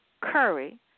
Curry